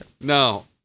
No